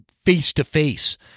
face-to-face